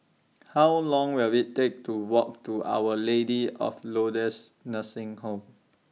How Long Will IT Take to Walk to Our Lady of Lourdes Nursing Home